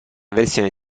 versione